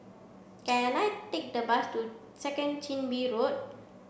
can I take the bus to Second Chin Bee Road